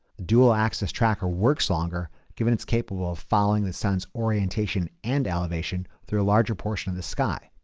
dual-axis tracker works longer given it's capable of following the sun's orientation and elevation through a larger portion of the sky.